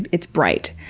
it's bright,